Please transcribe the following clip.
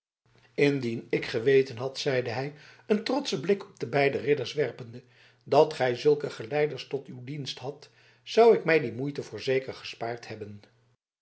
indien ik geweten had zeide hij een trotschen blik op de beide ridders werpende dat gij zulke geleiders tot uw dienst hadt zou ik mij die moeite voorzeker gespaard hebben